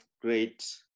great